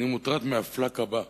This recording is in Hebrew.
אני מוטרד מה"פלאק" הבא.